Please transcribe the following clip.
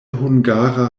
hungara